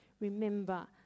remember